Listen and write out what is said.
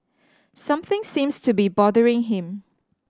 something seems to be bothering him